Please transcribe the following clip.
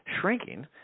shrinking